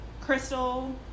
Crystal